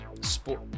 sport